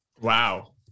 Wow